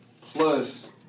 plus